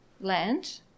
land